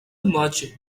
merchant